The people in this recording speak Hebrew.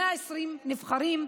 120 נבחרים,